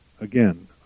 Again